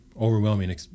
overwhelming